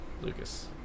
Lucas